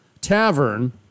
tavern